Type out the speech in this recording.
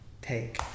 take